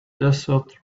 desert